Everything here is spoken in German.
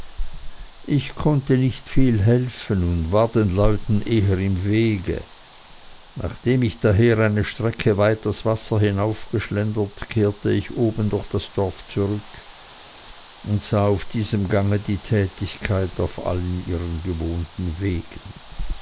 ich konnte nicht viel helfen und war den leuten eher im wege nachdem ich daher eine strecke weit das wasser hinaufgeschlendert kehrte ich oben durch das dorf zurück und sah auf diesem gange die tätigkeit auf allen ihren gewohnten wegen